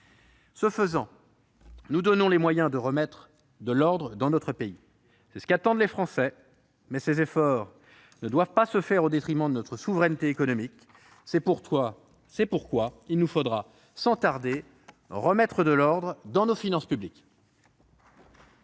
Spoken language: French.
Ce faisant, nous nous donnons les moyens de remettre de l'ordre dans notre pays. C'est ce qu'attendent les Français, mais ces efforts ... Veuillez conclure. ... ne doivent pas se faire au détriment de notre souveraineté économique. C'est pourquoi il nous faudra, sans tarder, remettre de l'ordre dans nos finances publiques.